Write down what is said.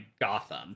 gotham